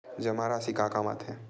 जमा राशि का काम आथे?